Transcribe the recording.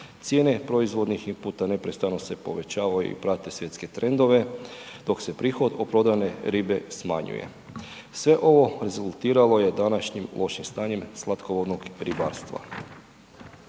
Cijene proizvodnih inputa neprestano se povećavaju i prate svjetske trendove dok se prihod od prodane ribe smanjuje. Sve ovo rezultiralo je današnjim lošim stanjem slatkovodnog ribarstva.